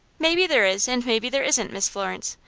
maybe there is, and maybe there isn't, miss florence.